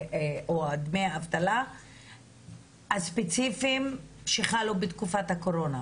או דמי אבטלה הספציפיים שחלו בתקופת הקורונה.